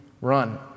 run